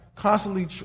Constantly